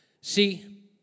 See